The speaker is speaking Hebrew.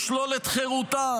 לשלול את חירותם,